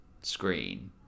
screen